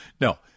no